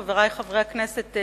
חברי חברי הכנסת,